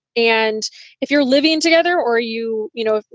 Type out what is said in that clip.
and if you're living together or, you you know,